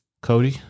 Cody